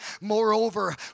moreover